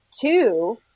Two